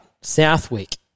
Southwick